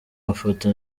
mafoto